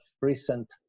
recent